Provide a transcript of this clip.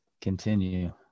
Continue